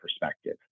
perspective